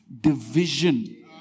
division